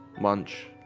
munch